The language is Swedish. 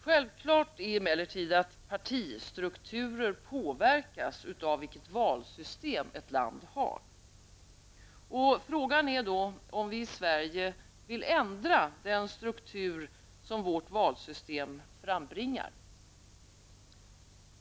Självklart är emellertid att partistrukturer påverkas av vilket valsystem ett land har. Frågan är då om vi i Sverige vill ändra den struktur som vårt valsystem frambringar.